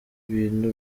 bintu